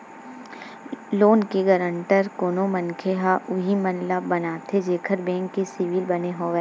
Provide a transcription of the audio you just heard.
loan के guarantor कोनो मनखे ह उही मनखे ल बनाथे जेखर बेंक के सिविल बने होवय